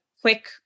quick